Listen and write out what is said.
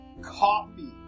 coffee